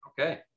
okay